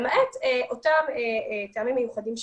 למעט אותם טעמים מיוחדים שיירשמו,